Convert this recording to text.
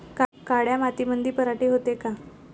काळ्या मातीमंदी पराटी होते का?